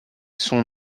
son